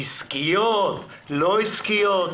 עסקיות, לא עסקיות?